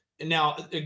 Now